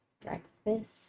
breakfast